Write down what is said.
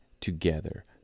together